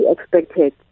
expected